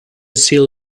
seal